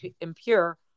impure